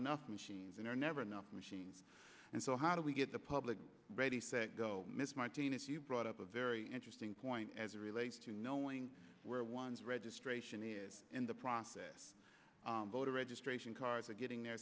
enough machines and are never enough machines and so how do we get the public ready set go miss mightiness you brought up a very interesting point as it relates to knowing where one's registration is in the process voter registration cards are getting the